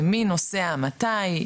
מי נוסע מתי,